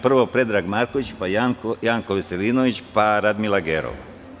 Prvo, Predrag Marković, zatim Janko Veselinović, pa Radmila Gerov.